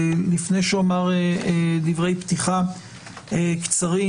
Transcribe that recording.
לפני שאומר דברי פתיחה קצרים,